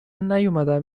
نیومدم